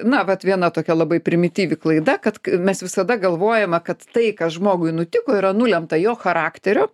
na vat viena tokia labai primityvi klaida kad mes visada galvojame kad tai kas žmogui nutiko yra nulemta jo charakterio